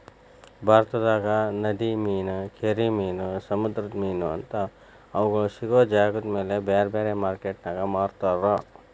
ಭಾರತದಾಗ ನದಿ ಮೇನಾ, ಕೆರಿ ಮೇನಾ, ಸಮುದ್ರದ ಮೇನಾ ಅಂತಾ ಅವುಗಳ ಸಿಗೋ ಜಾಗದಮೇಲೆ ಬ್ಯಾರ್ಬ್ಯಾರೇ ಮಾರ್ಕೆಟಿನ್ಯಾಗ ಮಾರ್ತಾರ